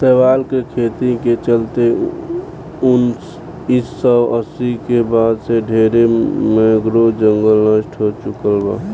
शैवाल के खेती के चलते उनऽइस सौ अस्सी के बाद से ढरे मैंग्रोव जंगल नष्ट हो चुकल बा